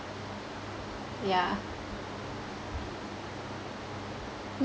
yeah